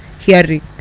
hearing